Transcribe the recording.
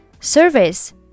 Service